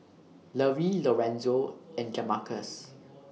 Lovie Lorenzo and Jamarcus